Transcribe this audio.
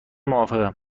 موافقم